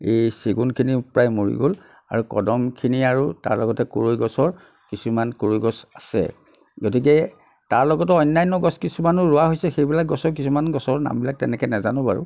এই চেগুনখিনি প্ৰায় মৰি গ'ল আৰু কদমখিনি আৰু তাৰ লগতে কুৰৈ গছৰ কিছুমান চেগুন কুৰৈ গছ আছে গতিকে তাৰ লগতে অন্য়ান্য় গছ কিছুমানো ৰোৱা হৈছে সেইবিলাক গছৰ কিছুমান গছৰ নামবিলাক তেনেকৈ নাজানো বাৰু